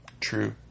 True